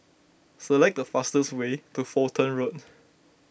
select the fastest way to Fulton Road